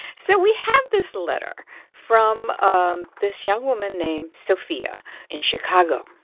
so we have this letter from um this young woman named sophia in chicago.